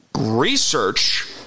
research